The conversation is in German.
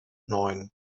neun